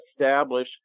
establish